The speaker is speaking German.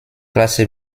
klasse